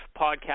podcast